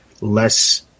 less